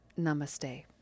Namaste